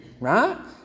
Right